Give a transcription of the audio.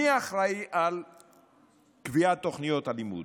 מי אחראי לקביעת תוכניות הלימוד,